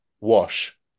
wash